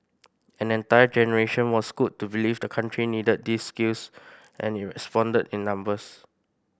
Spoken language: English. an entire generation was schooled to believe the country needed these skills and it responded in numbers